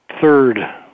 third